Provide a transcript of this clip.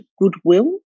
goodwill